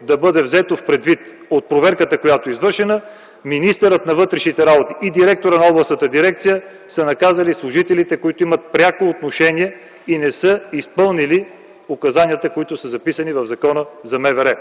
да бъде взето предвид от проверката, която е извършена, министърът на вътрешните работи и директорът на Областната дирекция са наказали служителите, които имат пряко отношение не са изпълнили указанията, които са записани в Закона за МВР.